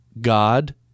God